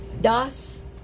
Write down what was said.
Das